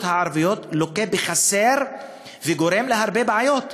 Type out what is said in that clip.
הערביות לוקים בחסר וגורמים להרבה בעיות.